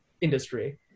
industry